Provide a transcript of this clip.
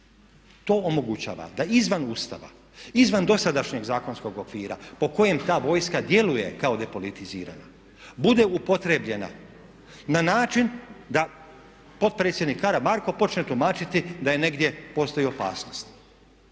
to omogućava. Da izvan Ustava, izvan dosadašnjeg zakonskog okvira po kojem ta vojska djeluje kao depolitizirana bude upotrijebljena na način da potpredsjednik Karamarko počne tumačiti da negdje postoji opasnost.